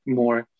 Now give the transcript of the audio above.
more